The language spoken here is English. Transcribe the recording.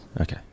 Okay